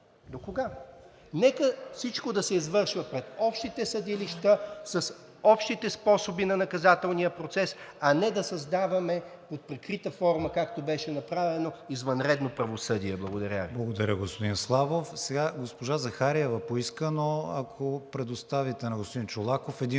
Докога? Нека всичко да се извършва пред общите съдилища с общите способи на наказателния процес, а не да създаваме под прикрита форма, както беше направено, извънредно правосъдие. Благодаря Ви.